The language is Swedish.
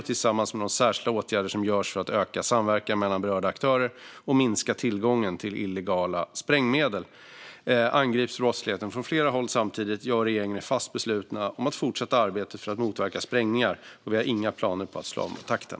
Tillsammans med de särskilda åtgärder som görs för att öka samverkan mellan berörda aktörer och minska tillgången till illegala sprängmedel angrips brottsligheten från flera håll samtidigt. Jag och regeringen är fast beslutna att fortsätta arbetet för att motverka sprängningar, och vi har inga planer på att slå av på takten.